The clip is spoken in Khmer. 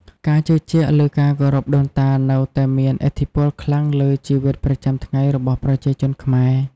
ការជឿជាក់លើការគោរពដូនតានៅតែមានឥទ្ធិពលខ្លាំងលើជីវិតប្រចាំថ្ងៃរបស់ប្រជាជនខ្មែរ។